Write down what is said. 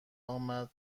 آمد